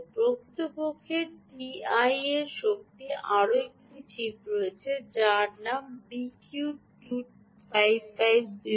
প্রকৃতপক্ষে টিআই এর আরও একটি চিপ রয়েছে যার নাম বিকিউ 25504